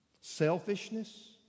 Selfishness